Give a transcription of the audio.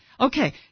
Okay